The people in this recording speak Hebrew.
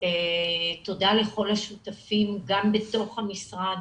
לכל השותפים, גם בתוך המשרד.